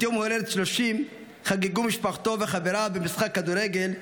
את יום ההולדת ה-30 שלו חגגו משפחתו וחבריו במשחק כדורגל,